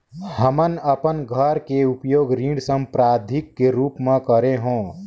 हमन अपन घर के उपयोग ऋण संपार्श्विक के रूप म करे हों